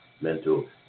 mental